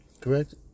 correct